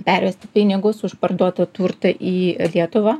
pervesti pinigus už parduotą turtą į lietuvą